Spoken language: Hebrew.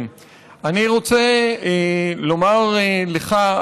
אני רוצה לומר לך,